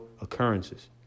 occurrences